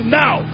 now